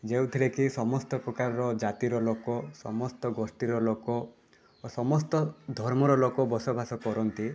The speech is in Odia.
ଯେଉଁଥିରେକି ସମସ୍ତ ପ୍ରକାର ଜାତିର ଲୋକ ସମସ୍ତ ଗୋଷ୍ଠୀର ଲୋକ ଓ ସମସ୍ତ ଧର୍ମର ଲୋକ ବସବାସ କରନ୍ତି